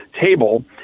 table